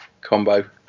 Combo